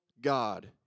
God